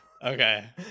okay